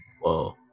Whoa